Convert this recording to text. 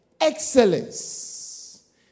excellence